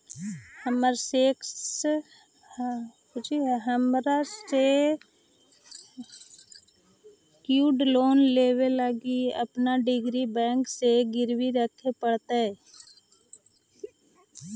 हमरा secured loan लेबे लागी अपन डिग्री बैंक के गिरवी रखे पड़तई